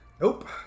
nope